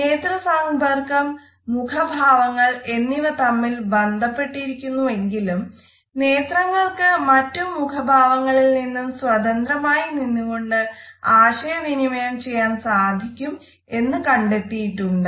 നേത്ര സമ്പർക്കം മുഖഭാവങ്ങൾ എന്നിവ തമ്മിൽ ബന്ധപ്പെട്ടിരിക്കുന്നു എങ്കിലും നേത്രങ്ങൾക്ക് മറ്റു മുഖ ഭാവങ്ങളിൽ നിന്നും സ്വതന്ത്രമായി നിന്ന് കൊണ്ട് ആശയ വിനിമയം ചെയ്യാൻ സാധിക്കും എന്ന് നാം കണ്ടെത്തിയിട്ടുണ്ട്